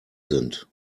sind